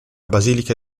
basilica